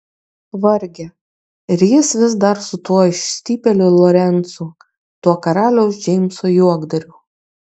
varge ir jis vis dar su tuo išstypėliu lorencu tuo karaliaus džeimso juokdariu